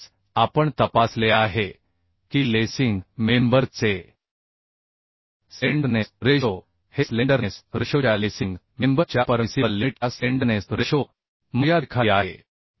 तसेच आपण तपासले आहे की लेसिंग मेंबर चे स्लेंडरनेस रेशो हे स्लेंडरनेस रेशोच्या लेसिंग मेंबर च्या परमिसिबल लिमिट च्या स्लेंडरनेस रेशो मर्यादेखाली आहे